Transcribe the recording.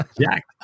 Jack